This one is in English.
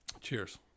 Cheers